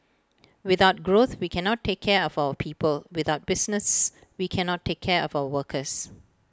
without growth we cannot take care of our people without business we cannot take care of our workers